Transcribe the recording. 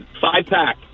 five-pack